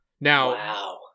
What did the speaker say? now